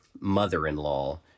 mother-in-law